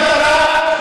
המטרה,